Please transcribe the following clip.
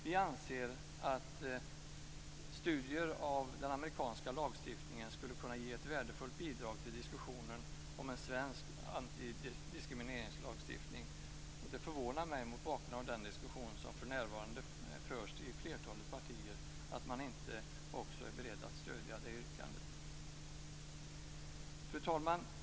Vi anser att studier av den amerikanska lagstiftningen skulle kunna ge ett värdefullt bidrag till diskussionen om en svensk antidiskrimineringslagstiftning. Det förvånar mig, mot bakgrund av den diskussion som för närvarande förs i flertalet partier, att man inte är beredd att stödja detta yrkande. Fru talman!